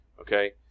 okay